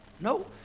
No